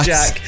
Jack